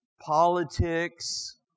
politics